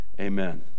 Amen